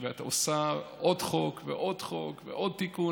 ואת עושה עוד חוק ועוד חוק ועוד תיקון.